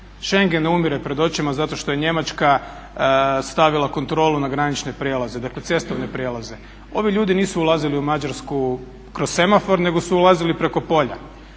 Schengen ne umire pred očima zato što je Njemačka stavila kontrolu na granične prijelaze, dakle cestovne prijelaze. Ovi ljudi nisu ulazili u Mađarsku kroz semafor, nego su ulazili preko polja.